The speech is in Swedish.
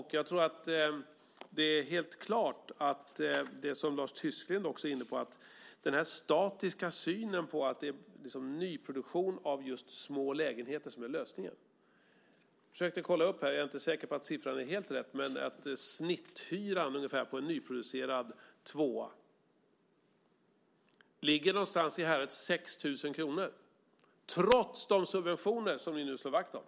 Lars Tysklind var också inne på den här statiska synen att det är nyproduktion av små lägenheter som är lösningen. Jag försökte kolla upp detta. Jag är inte säker på att siffran är helt rätt, men snitthyran för en nyproducerad tvåa ligger någonstans i häradet 6 000 kr trots de subventioner som ni nu slår vakt om.